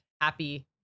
happy